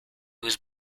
was